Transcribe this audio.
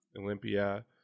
Olympia